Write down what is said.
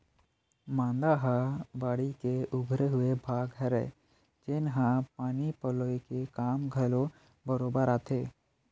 मांदा ह बाड़ी के उभरे हुए भाग हरय, जेनहा पानी पलोय के काम घलो बरोबर आथे